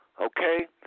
Okay